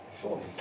surely